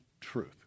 truth